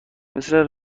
مثل